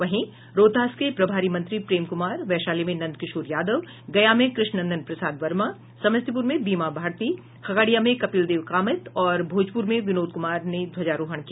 वहीं रोहतास के प्रभारी मंत्री प्रेम कुमार वैशाली में नंद किशोर यादव गया में कृष्ण नंदन प्रसाद वर्मा समस्तीपुर में बीमा भारती खगड़िया में कपिलदेव कामत और भोजपुर में विनोद कुमार ने ध्वजारोहण किया